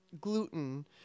gluten